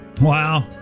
wow